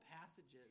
passages